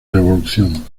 revolución